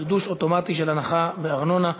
חידוש אוטומטי של הנחה בארנונה),